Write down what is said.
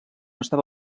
estava